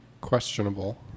questionable